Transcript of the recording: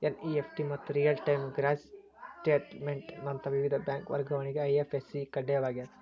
NEFT ಮತ್ತ real time gross settlement ನಂತ ವಿವಿಧ ಬ್ಯಾಂಕ್ ವರ್ಗಾವಣೆಗೆ ಐ.ಎಫ್.ಎಸ್.ಸಿ ಕಡ್ಡಾಯವಾಗ್ಯದ